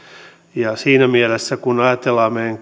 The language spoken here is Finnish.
siinä mielessä kun ajatellaan meidän